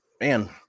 man